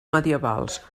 medievals